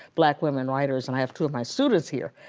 black women writers and i have two of my students here.